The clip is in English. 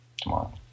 tomorrow